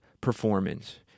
performance